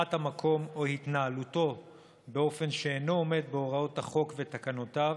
פתיחת המקום או התנהלותו באופן שאינו עומד בהוראות החוק ותקנותיו